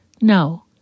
No